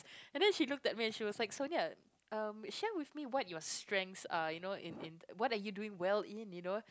and then she looked at me she was like Sonia um share with me what your strength are you know in in what are you doing well in you know